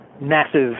massive